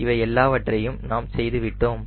இவை எல்லாவற்றையும் நாம் செய்து விட்டோம்